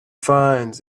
finds